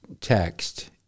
text